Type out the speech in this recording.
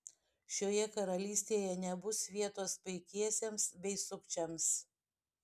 šioje karalystėje nebus vietos paikiesiems bei sukčiams